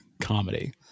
comedy